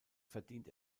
verdient